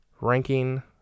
ranking